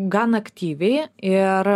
gan aktyviai ir